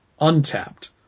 untapped